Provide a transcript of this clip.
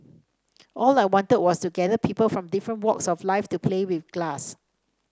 all I wanted was to gather people from different walks of life to play with glass